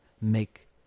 make